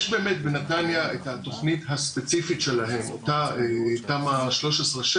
יש באמת בנתניה את התוכנית הספציפית שלהם תמ"א 6/13